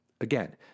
Again